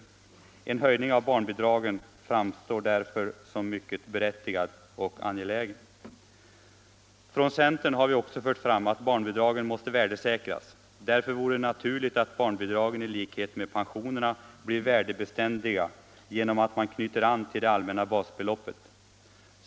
En höjning av barnbidragen framstår därför som mycket berättigad och angelägen. Från centern har vi också framfört åsikten att barnbidragen måste värdesäkras. Därför vore det naturligt att barnbidragen i likhet med pensionerna blev värdebeständiga genom att man knöt an till det allmänna basbeloppet.